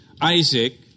Isaac